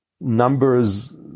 numbers